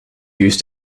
use